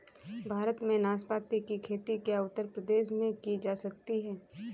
भारत में नाशपाती की खेती क्या उत्तर प्रदेश में की जा सकती है?